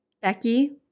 Becky